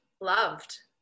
loved